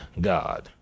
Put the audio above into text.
God